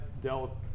dealt